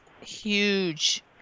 huge